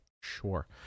Sure